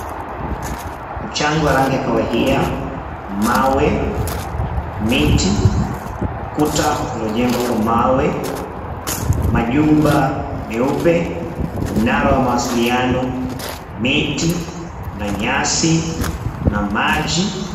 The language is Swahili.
Mchanga wa rangi ya kahawia, mawe, miti, ukuta uliojengwa kwa mawe, majumba meupe, mnara wa mawasiliaono, 𝑚𝑖𝑡𝑖, kuna 𝑛𝑦𝑎𝑠𝑖, kuna maji.